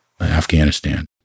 Afghanistan